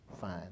fine